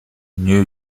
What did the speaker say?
new